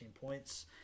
points